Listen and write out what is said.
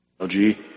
LG